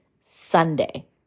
Sunday